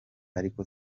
ariko